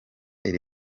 iri